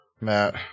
Matt